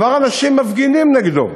כבר אנשים מפגינים נגדו,